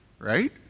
Right